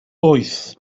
wyth